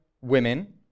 women